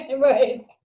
Right